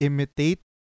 Imitate